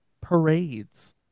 parades